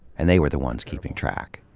and they were the ones keeping track.